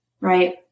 Right